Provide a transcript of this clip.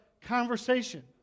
conversation